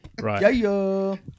Right